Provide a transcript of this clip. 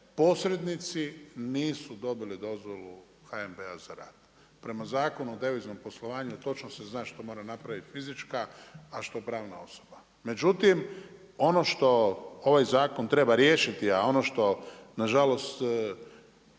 posrednici nisu dobili dozvolu HNB-a za rad. Prema Zakonu o deviznom poslovanju točno se zna što mora napraviti fizička, a što pravna osoba. Međutim ono što ovaj zakon treba riješiti, a ono što nažalost